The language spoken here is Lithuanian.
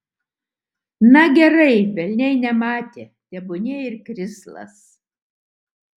na gerai velniai nematė tebūnie ir krislas